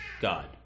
God